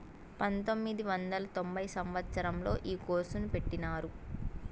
పంతొమ్మిది వందల తొంభై సంవచ్చరంలో ఈ కోర్సును పెట్టినారు